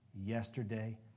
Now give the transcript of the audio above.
Yesterday